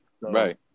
Right